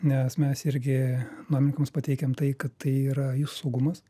nes mes irgi nuomininkams pateikiam tai kad tai yra jų saugumas